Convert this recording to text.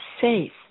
safe